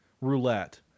roulette